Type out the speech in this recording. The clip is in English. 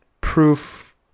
proof